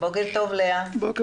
בוקר טוב, לאה.